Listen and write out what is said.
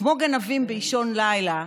כמו גנבים באישון לילה,